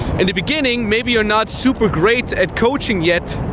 and the beginning, maybe you're not super great at coaching yet,